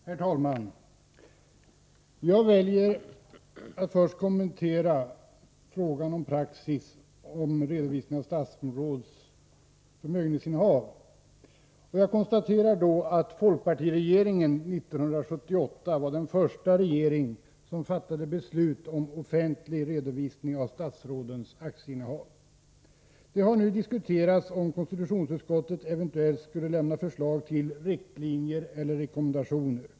Herr talman! Jag väljer att först kommentera frågan om praxis beträffande redovisning av statsråds förmögenhetsinnehav. Jag konstaterar då att folkpartiregeringen 1978 var den första regering som fattade beslut om offentlig redovisning av statsrådens aktieinnehav. Det har nu diskuterats om konstitutionsutskottet eventuellt skulle lämna förslag till riktlinjer eller rekommendationer.